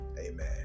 Amen